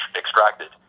extracted